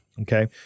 Okay